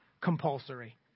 compulsory